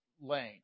lane